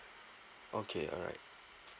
okay alright